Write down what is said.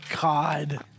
god